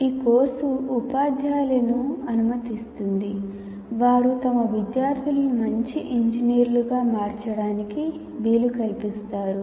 ఈ కోర్సు ఉపాధ్యాయులను అనుమతిస్తుంది వారు తమ విద్యార్థులను మంచి ఇంజనీర్లుగా మార్చడానికి వీలు కల్పిస్తారు